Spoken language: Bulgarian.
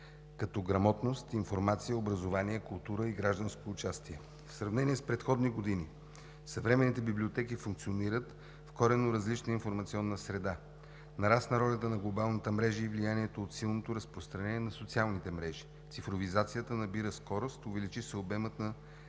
като грамотност, информация, образование, култура и гражданско участие. В сравнение с предходни години съвременните библиотеки функционират в коренно различна информационна среда. Нарасна ролята на глобалната мрежа и влиянието от силното разпространение на социалните мрежи. Цифровизацията набира скорост, увеличи се обемът на